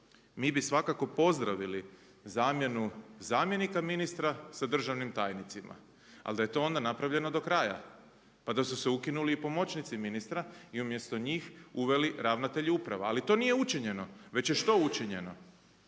mi bi svakako pozdravili zamjenu zamjenika ministra sa državnim tajnicima, ali da je to onda napravljeno do kraja. Pa da su se ukinuli i pomoćnici ministra i umjesto njih uveli ravnatelji uprava, ali to nije učinjeno. Već je što učinjeno?